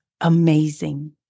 amazing